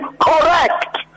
correct